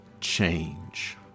change